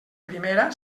primera